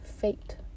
fate